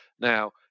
Now